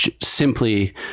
simply